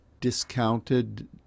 discounted